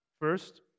First